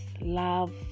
love